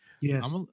Yes